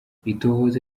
itohoza